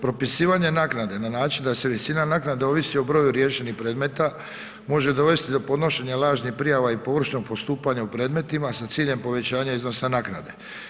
Propisivanje naknade na način da se visina naknade ovisi o broju riješenih predmeta može dovesti do podnošenja lažnih prijava i površnog postupanja u predmetima sa ciljem povećanja iznosa naknade.